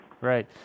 Right